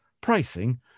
pricing